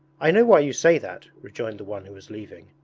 i know why you say that rejoined the one who was leaving.